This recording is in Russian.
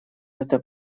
это